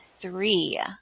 three